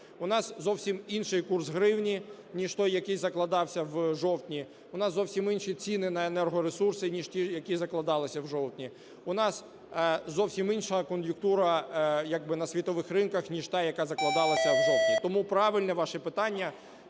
У нас зовсім інший курс гривні, ніж той, який закладався у жовтні, у нас зовсім інші ціни на енергоресурси, ніж ті, які закладалися в жовтні, у нас зовсім інша кон'юнктура як би на світових ринках, ніж та, яка закладалася у жовтні. Тому правильне ваше питання.